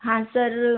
हाँ सर